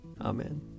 Amen